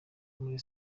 muri